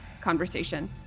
conversation